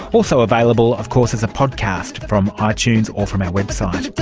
also available of course as a podcast from ah itunes or from our website.